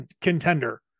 contender